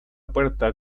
puerta